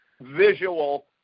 visual